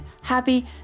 happy